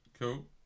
Cool